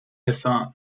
hassan